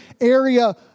area